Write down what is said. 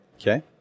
Okay